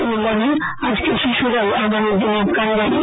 তিনি বলেন আজকের শিশুরাই আগামী দিনের কান্ডারী